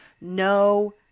no